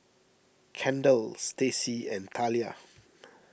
Kendal Stacy and Thalia